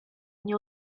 nie